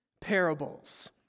parables